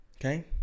Okay